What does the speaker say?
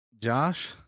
Josh